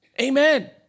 Amen